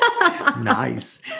Nice